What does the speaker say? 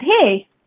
hey